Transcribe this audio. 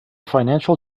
financial